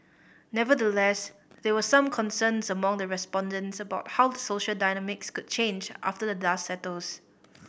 nevertheless there were some concerns among the respondents about how the social dynamics could change after the dust settles